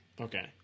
Okay